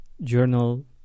journal